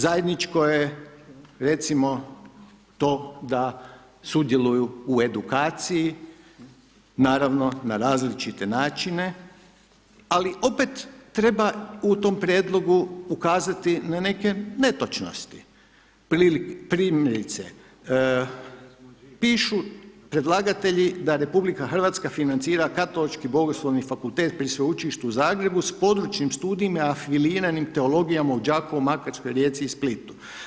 Zajedničko je recimo to da sudjeluju u edukaciji, naravno, na različite načine, ali opet, treba u tom prijedlogu ukazati na neke netočnosti, primjerice, pišu predlagatelji da RH financira Katolički bogoslovni fakultet pri Sveučilištu u Zagrebu, s područnim studijama afiliranim teologijama u Đakovu, Makarskoj, Rijeci i Splitu.